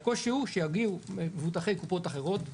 הקושי הוא שיגיעו מבוטחי קופות אחרות אליך.